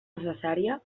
necessària